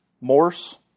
Morse